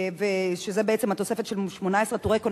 שזו בעצם התוספת של 18 תורי כוננויות,